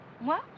Moi